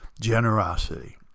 generosity